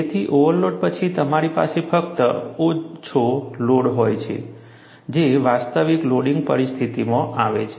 તેથી ઓવરલોડ પછી તમારી પાસે ફક્ત ઓછો લોડ હોય છે જે વાસ્તવિક લોડિંગ પરિસ્થિતિમાં આવે છે